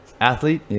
athlete